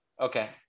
Okay